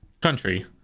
country